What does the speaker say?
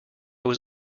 was